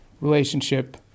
relationship